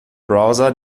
browser